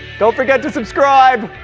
don't forget to subscribe!